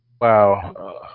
Wow